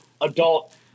adult